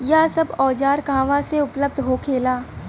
यह सब औजार कहवा से उपलब्ध होखेला?